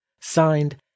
Signed